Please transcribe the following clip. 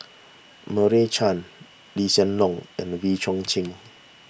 Meira Chand Lee Hsien Loong and Wee Chong Jin